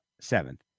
seventh